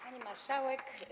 Pani Marszałek!